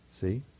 See